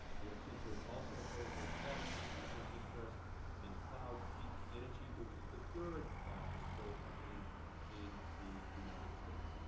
rio tinto also holds a forty eight percent interest in cloud peak energy, which is the third largest coal company in the united states.